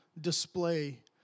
display